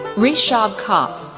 rishab kaup,